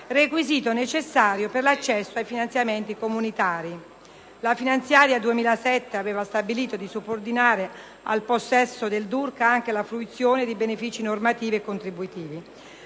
requisito necessario per l'accesso a finanziamenti comunitari. La finanziaria 2007 aveva stabilito di subordinare al possesso del DURC anche la fruizione di benefici normativi e contributivi.